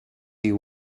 you